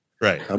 right